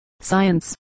science